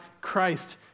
Christ